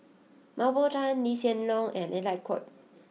Mah Bow Tan Lee Hsien Loong and Alec Kuok